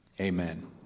Amen